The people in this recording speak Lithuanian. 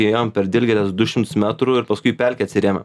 ėjom per dilgėles du šimtus metrų ir paskui į pelkę atsirėmėm